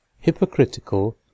hypocritical